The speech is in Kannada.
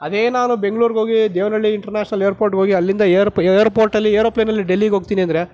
ಅದೇ ನಾನು ಬೆಂಗಳೂರಿಗೆ ಹೋಗಿ ದೇವನಹಳ್ಳಿ ಇಂಟರ್ನ್ಯಾಷ್ನಲ್ ಏರ್ಪೋರ್ಟ್ಗೆ ಹೋಗಿ ಅಲ್ಲಿಂದ ಏರ್ಪೋ ಏರ್ಪೋರ್ಟ್ ಅಲ್ಲಿ ಏರೋಪ್ಲೇನ್ ಅಲ್ಲಿ ಡೆಲ್ಲಿಗೆ ಹೋಗ್ತೀನಿ ಅಂದರೆ